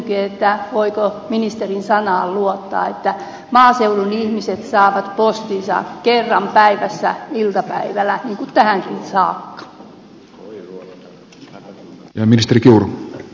kysynkin voiko ministerin sanaan luottaa että maaseudun ihmiset saavat postinsa kerran päivässä iltapäivällä niin kuin tähänkin saakka